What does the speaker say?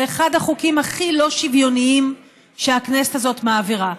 זה אחד החוקים הכי לא שוויוניים שהכנסת הזאת מעבירה,